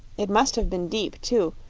it must have been deep, too,